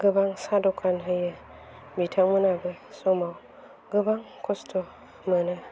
गोबां साहा दखान होयो बिथांमोनाबो समाव गोबां खस्थ' मोनो